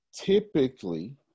Typically